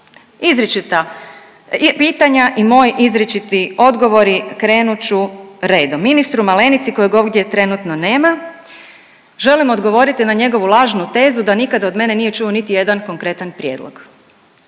izričita pitanja i moj izričiti odgovori, krenut ću redom. Ministru Malenici kojeg ovdje trenutno nema želim odgovoriti na njegovu lažnu tezu da nikad od mene nije čuo niti jedan konkretan prijedlog.